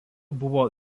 buvo